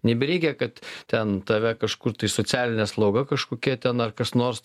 nebereikia kad ten tave kažkur tai socialinė slauga kažkokie ten kas nors